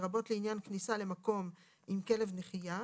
לרבות לעניין כניסה למקום עם כלב נחייה,